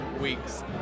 weeks